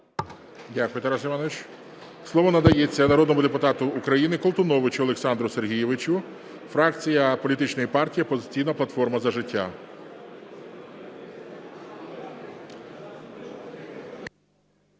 Дякую, Тарас Іванович. Слово надається народному депутату України Колтуновичу Олександру Сергійовичу, фракція політичної партії "Опозиційна платформа - За життя".